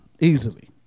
Easily